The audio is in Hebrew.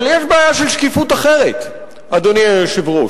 אבל יש בעיה של שקיפות אחרת, אדוני היושב-ראש,